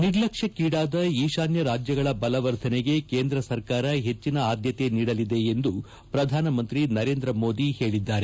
ನಿರ್ಲಕ್ಷ್ಕೀಡಾದ ಈಶಾನ್ಯ ರಾಜ್ಯಗಳ ಬಲವರ್ಧನೆಗೆ ಕೇಂದ್ರ ಸರ್ಕಾರ ಹೆಚ್ಚಿನ ಅದ್ಯಕೆ ನೀಡಲಿದೆ ಎಂದು ಪ್ರಧಾನಮಂತ್ರಿ ನರೇಂದ್ರ ಮೋದಿ ಹೇಳಿದ್ದಾರೆ